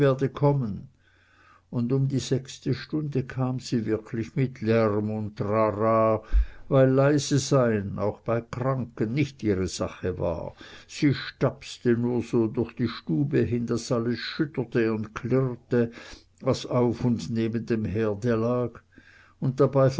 kommen und um die sechste stunde kam sie wirklich mit lärm und trara weil leisesein auch bei kranken nicht ihre sache war sie stappste nur so durch die stube hin daß alles schütterte und klirrte was auf und neben dem herde lag und dabei